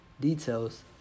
details